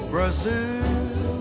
Brazil